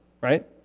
right